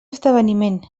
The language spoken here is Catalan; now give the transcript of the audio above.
esdeveniment